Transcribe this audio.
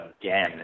again